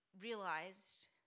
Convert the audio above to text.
realized